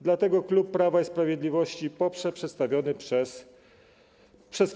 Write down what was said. Dlatego klub Prawa i Sprawiedliwości poprze przedstawiony projekt.